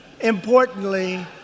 importantly